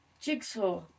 jigsaw